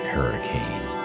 Hurricane